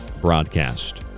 broadcast